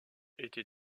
était